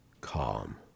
calm